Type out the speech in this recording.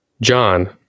John